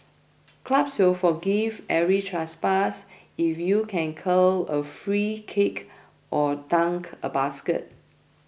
clubs will forgive every trespass if you can curl a free kick or dunk a basket